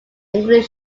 included